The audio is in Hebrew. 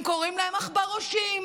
הם קוראים להם עכברושים.